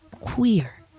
queer